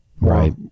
Right